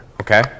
okay